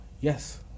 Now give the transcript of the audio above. Yes